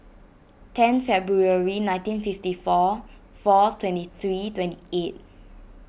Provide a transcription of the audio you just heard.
ten February nineteen fifty four four twenty three twenty eight